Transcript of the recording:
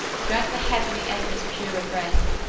drank the heavenly ether's purer breath.